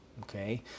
Okay